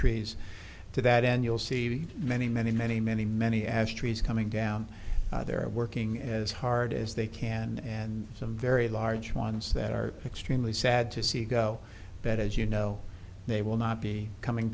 trees to that end you'll see many many many many many as trees coming down there and working as hard as they can and some very large ones that are extremely sad to see go bet as you know they will not be coming